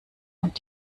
und